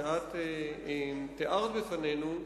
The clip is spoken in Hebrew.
שתיארת לפנינו,